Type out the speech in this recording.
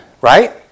Right